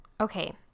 Okay